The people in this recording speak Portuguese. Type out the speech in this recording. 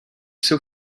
seu